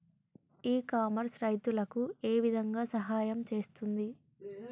ఇ commerce రైతులకు ఏ విధంగా సహాయం చేస్తుంది?